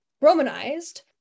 Romanized